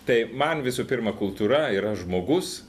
tai man visų pirma kultūra yra žmogus